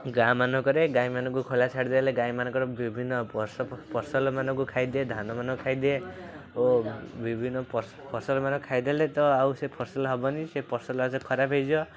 ଗାଁ ମାନଙ୍କରେ ଗାଈମାନଙ୍କୁ ଖୋଲା ଛାଡ଼ିଦେଲେ ଗାଈମାନଙ୍କର ବିଭିନ୍ନ ପସ ଫସଲମାନଙ୍କୁ ଖାଇଦିଏ ଧାନ ମାନ ଖାଇଦିଏ ଓ ବିଭିନ୍ନ ପସ ଫସଲମାନ ଖାଇଦେଲେ ତ ଆଉ ସେ ଫସଲ ହବନି ସେ ଫସଲ ଖରାପ ହେଇଯିବ